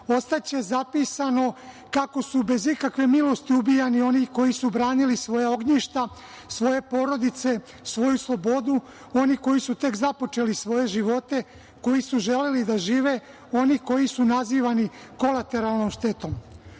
Ostaće zapisano kako su bez ikakve milosti ubijani oni koji su branili svoja ognjišta, svoje porodice, svoju slobodu, oni koji su tek započeli svoje živote, koji su želeli da žive, oni koji su nazivani kolateralnom štetom.